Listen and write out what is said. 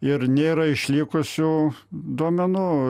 ir nėra išlikusių duomenų